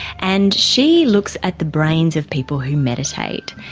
and she looks at the brains of people who meditate.